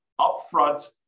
upfront